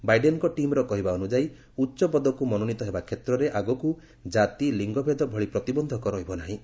ବାଇଡେନ୍ଙ୍କ ଟିମ୍ର କହିବା ଅନୁଯାୟୀ ଉଚ୍ଚ ପଦକୁ ମନୋନୀତ ହେବା କ୍ଷେତ୍ରରେ ଆଗକୁ କାତି ଲିଙ୍ଗଭେଦ ଭଳି ପ୍ରତିବନ୍ଧକ ରହିବ ନାହିଁ